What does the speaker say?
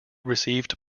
received